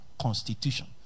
constitution